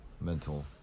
mental